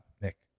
Nick